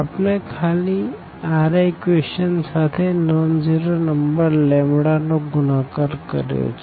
આપણે ખાલી Ri equation સાથે નોન ઝીરો નંબર લેમ્બ્ડા નો ગુણાકાર કર્યો છે